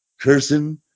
Cursing